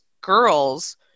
girls